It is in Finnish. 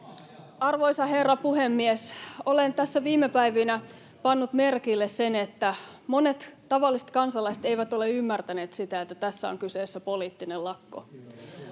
Arvoisa rouva puhemies! Olen tässä viime päivinä pannut merkille sen, että monet tavalliset kansalaiset eivät ole ymmärtäneet sitä, että tässä on kyseessä poliittinen lakko.